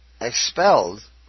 expelled